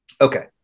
Okay